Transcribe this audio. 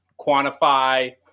quantify